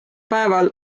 päeval